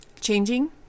changing